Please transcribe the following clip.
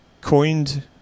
coined